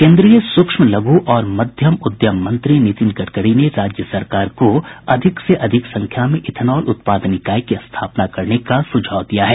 केन्द्रीय सूक्ष्म लघु और मध्यम उद्यम मंत्री नितिन गडकरी ने राज्य सरकार को अधिक से अधिक संख्या इथनॉल उत्पादन इकाई की स्थापना करने का सुझाव दिया है